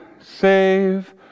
save